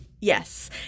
Yes